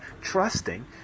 trusting